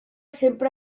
sempre